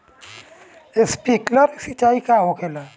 Sprinkler सिंचाई का होला?